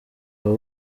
aba